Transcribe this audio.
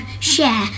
share